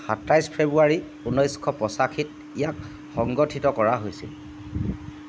সাতাইছ ফেব্ৰুৱাৰী উনৈশ শ পঁচাশীত ইয়াক সংগঠিত কৰা হৈছিল